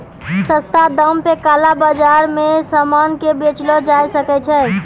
सस्ता दाम पे काला बाजार मे सामान के बेचलो जाय सकै छै